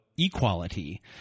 equality